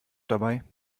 dabei